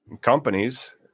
companies